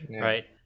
right